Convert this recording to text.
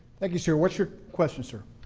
thank you, sir. what's your question, sir?